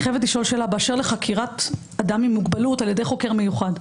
באשר לחקירת אדם עם מוגבלות על ידי חוקר מיוחד.